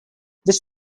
this